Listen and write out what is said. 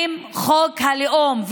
עם חוק הלאום.